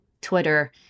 Twitter